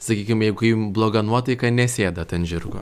sakykim jei kai jum bloga nuotaika nesėdat ant žirgo